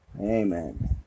amen